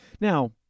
Now